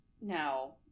No